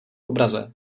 obraze